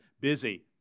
busy